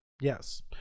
Yes